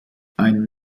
ein